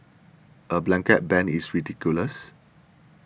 a blanket ban is ridiculous